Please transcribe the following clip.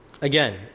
again